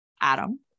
Adam